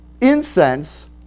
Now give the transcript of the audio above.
incense